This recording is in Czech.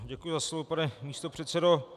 Děkuji za slovo, pane místopředsedo.